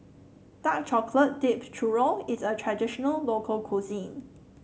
Dark Chocolate Dipped Churro is a traditional local cuisine